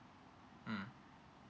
mm